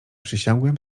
przysiągłem